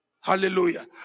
Hallelujah